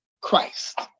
Christ